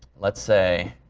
let's say,